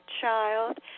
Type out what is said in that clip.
child